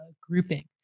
grouping